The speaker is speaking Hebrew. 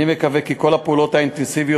אני מקווה שכל הפעולות האינטנסיביות